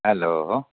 hello